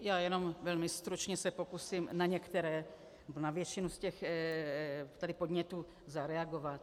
Já jenom velmi stručně se pokusím na některé na většinu z těch podnětů zareagovat.